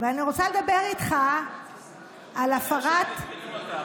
ואני רוצה לדבר איתך על הפרת, עדכנו אותך